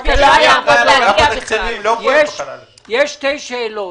יש שתי שאלות.